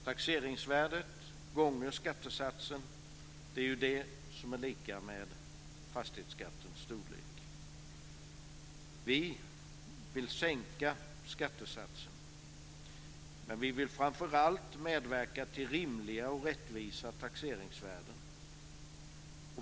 Taxeringsvärdet gånger skattesatsen är lika med fastighetsskattens storlek. Vi vill sänka skattesatsen, men vi vill framför allt medverka till rimliga och rättvisa taxeringsvärden.